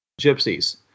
gypsies